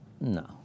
No